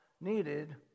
needed